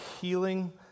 healing